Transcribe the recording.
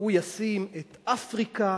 שהוא ישים את אפריקה